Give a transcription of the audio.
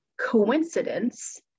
coincidence